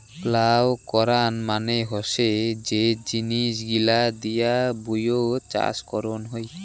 plough করাং মানে হসে যে জিনিস গিলা দিয়ে ভুঁইয়ত চাষ করং হই